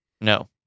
no